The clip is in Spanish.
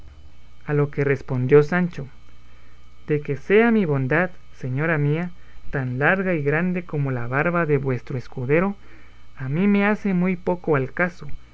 a lo que respondió sancho de que sea mi bondad señoría mía tan larga y grande como la barba de vuestro escudero a mí me hace muy poco al caso